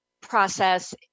process